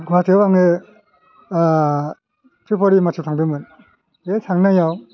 गुवाहाटिआव आङो फेब्रुवारि मासआव थांदोंमोन बे थांनायाव